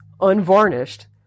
unvarnished